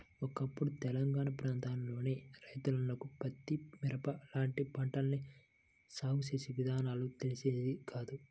ఒకప్పుడు తెలంగాణా ప్రాంతంలోని రైతన్నలకు పత్తి, మిరప లాంటి పంటల్ని సాగు చేసే విధానాలు తెలిసేవి కాదు